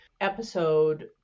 episode